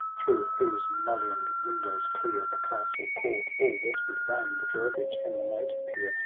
through whose mulliond windows clear the castle-court all wet with rain, the drawbridge and the moat appear,